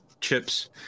chips